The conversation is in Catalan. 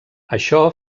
això